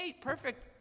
Perfect